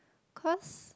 cause